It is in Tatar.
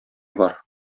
бар